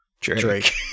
Drake